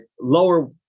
lower